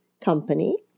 company